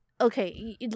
okay